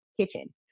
kitchen